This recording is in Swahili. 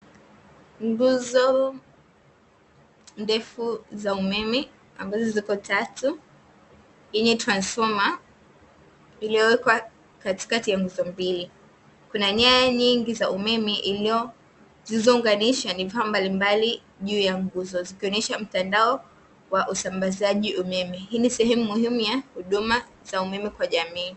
Nguzo ndefu za umeme ambazo ziko tatu, yenye transfoma iliyowekwa katikati ya nguzo mbili. Kuna nyaya nyingi za umeme zilizounganisha vifaa mbalimbali juu ya nguzo, zikionyesha mtandao wa usambazaji umeme, hii ni sehemu muhimu ya huduma za umeme kwa jamii.